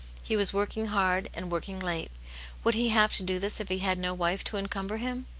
he was working hard, and working late would he have to do this if he had no wife to encumber him?